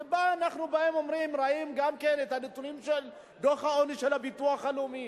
ואנחנו אומרים ורואים גם את הנתונים של דוח העוני של הביטוח הלאומי,